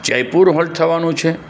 Jaipur halt થવાનું છે